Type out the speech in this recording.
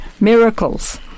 miracles